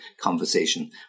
conversation